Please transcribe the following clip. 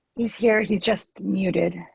he's here. he's just muted.